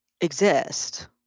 exist